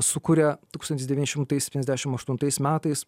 sukuria tūkstantis devyni šimtai septyniasdešim aštuntais metais